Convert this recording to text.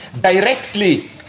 directly